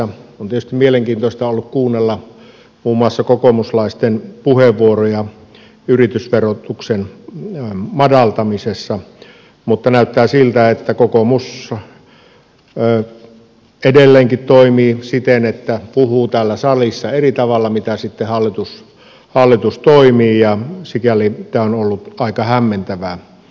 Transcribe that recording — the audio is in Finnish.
on tietysti ollut mielenkiintoista kuunnella muun muassa kokoomuslaisten puheenvuoroja yritysverotuksen madaltamisesta mutta näyttää siltä että kokoomus edelleenkin toimii siten että puhuu täällä salissa eri tavalla kuin sitten hallitus toimii ja sikäli tämä on ollut aika hämmentävää